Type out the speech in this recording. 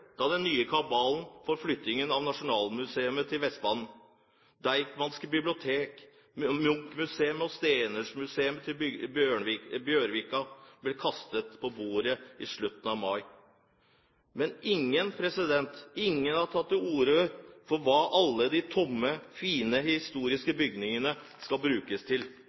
da den nye kabalen for flytting av Nasjonalmuseet til Vestbanen og Deichmanske bibliotek, Munch-museet og Stenersen-museet til Bjørvika ble kastet fram i slutten av mai. Men ingen har tatt til orde for hva alle de tomme, fine, historiske bygningene skal brukes til.